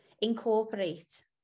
Incorporate